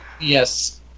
yes